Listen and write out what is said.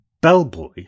bellboy